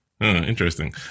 Interesting